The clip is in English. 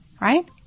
Right